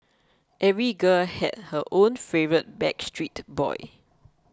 every girl had her own favourite Backstreet Boy